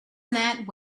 that